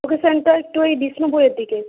লোকেশনটা একটু ওই বিষ্ণুপুরের দিকে